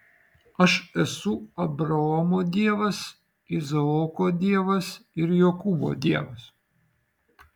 aš esu abraomo dievas izaoko dievas ir jokūbo dievas